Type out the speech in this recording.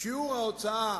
שיעור ההוצאה